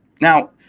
Now